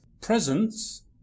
Presence